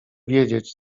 wiedzieć